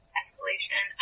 escalation